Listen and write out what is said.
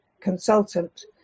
consultant